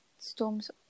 storms